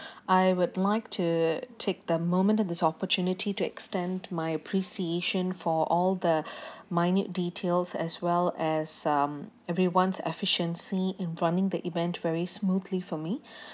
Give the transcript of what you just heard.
I would like to take the moment and this opportunity to extend my appreciation for all the minute details as well as um everyone's efficiency in running the event very smoothly for me